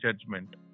Judgment